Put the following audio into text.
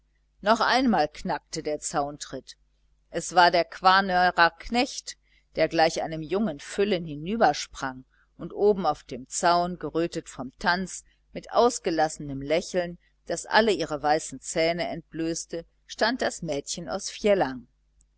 noch einmal knackte der zauntritt es war der quarnöer knecht der gleich einem jungen füllen hinübersprang und oben auf dem zaun gerötet vom tanz mit ausgelassenem lächeln das alle ihre weißen zähne entblößte stand das mädchen aus fjellang dann